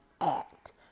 ACT